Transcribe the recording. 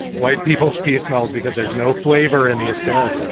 white people speak smells because there's no flavor in the hispanic